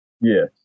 Yes